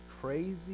crazy